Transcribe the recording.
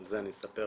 אני אספר בקצרה.